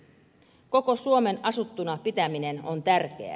koko suomen asuttuna pitäminen on tärkeää